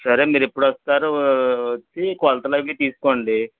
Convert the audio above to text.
సరే మీరు ఎప్పుడు వస్తారు వచ్చి కొలతలు అవి తీసుకోండి